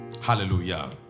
Hallelujah